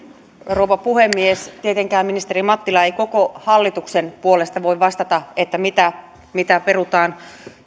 rouva puhemies tietenkään ministeri mattila ei koko hallituksen puolesta voi vastata mitä mitä perutaan